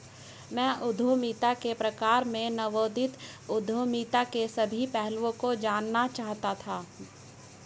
मैं उद्यमिता के प्रकार में नवोदित उद्यमिता के सभी पहलुओं को जानना चाहता था